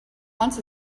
wants